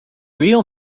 real